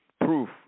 proof